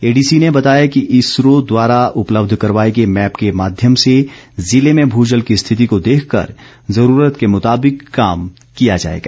ADC ने बताया कि इसरो द्वारा उपलब्ध करवाए गए मैप के माध्यम से जिले में भूजल की स्थिति को देखकर जरूरत के मुताबिक काम किया जाएगा